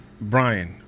Brian